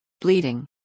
bleeding